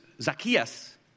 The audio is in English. Zacchaeus